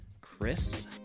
Chris